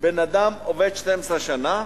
בן-אדם עובד 12 שנה,